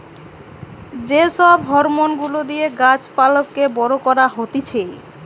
যে সব হরমোন গুলা দিয়ে গাছ পালাকে বড় করা হতিছে